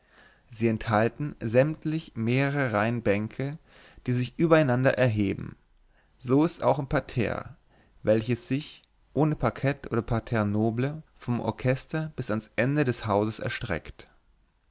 sie enthalten sämtlich mehrere reihen bänke die sich übereinander erheben so ist's auch im parterre welches sich ohne parkett oder parterre noble vom orchester bis ans ende des hauses erstreckt